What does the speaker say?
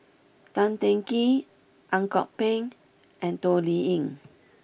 Tan Teng Kee Ang Kok Peng and Toh Liying